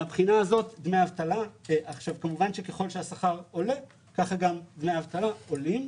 כמובן שככל שהשכר עולה, כך גם דמי האבטלה עולים.